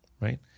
right